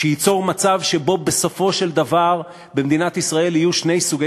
שייצור מצב שבו בסופו של דבר במדינת ישראל יהיו שני סוגי